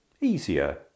easier